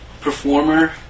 performer